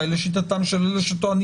אסיר משוחרר.